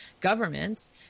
Governments